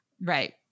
Right